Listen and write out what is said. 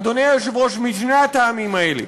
אדוני היושב-ראש, משני הטעמים האלה,